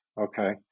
okay